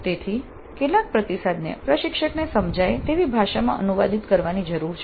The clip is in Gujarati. તેથી કેટલાક પ્રતિસાદને પ્રશિક્ષકને સમજાય તેવી ભાષામાં અનુવાદિત કરવાની જરૂર છે